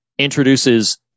introduces